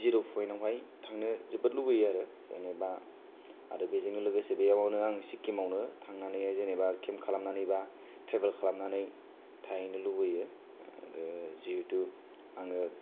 जिर' फयेनावहाय थांनो जोबोद लुबैयो आरो जेनेबा आरो बेजोंनो लोगोसे बेयावनो सिक्किमावनो थांनानैहाय जेनेबा केम खालामनानैबा ट्रेभेल खालामनानै थाहैनो लुबैयो जिहुथु आङो